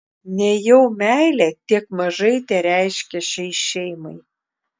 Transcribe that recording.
nejau meilė tiek mažai tereiškia šiai šeimai